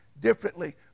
differently